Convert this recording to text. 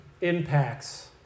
impacts